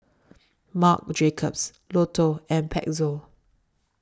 Marc Jacobs Lotto and Pezzo